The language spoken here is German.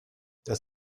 das